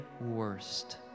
worst